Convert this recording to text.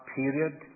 period